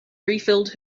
refilled